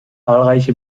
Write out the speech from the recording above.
zahlreiche